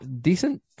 decent